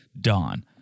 Dawn